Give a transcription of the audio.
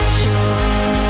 joy